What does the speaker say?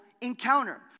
encounter